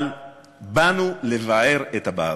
"באנו לבער את הבערות".